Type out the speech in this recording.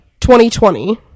2020